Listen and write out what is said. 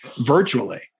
virtually